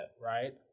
right